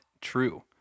true